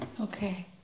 okay